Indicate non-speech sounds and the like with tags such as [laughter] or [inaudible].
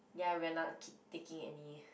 ya we're not [noise] taking any